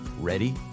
Ready